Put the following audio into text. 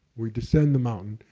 we descend the mountain.